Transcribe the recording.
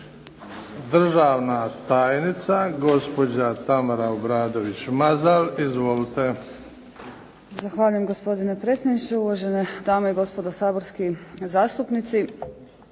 Državna tajnica, gospođa Tamara Obradović Mazal. Izvolite. **Obradović Mazal, Tamara** Zahvaljujem gospodine predsjedniče. Uvažene dame i gospodo saborski zastupnici.